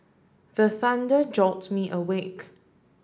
the thunder jolt me awake